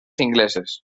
ingleses